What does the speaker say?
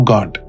God